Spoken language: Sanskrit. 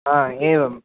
हा एवं